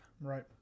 Right